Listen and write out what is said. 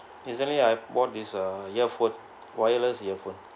recently I bought is uh earphone wireless earphones